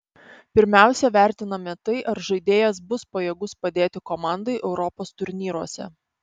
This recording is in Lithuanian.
pirmiausia vertiname tai ar žaidėjas bus pajėgus padėti komandai europos turnyruose